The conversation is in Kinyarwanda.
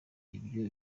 ibyo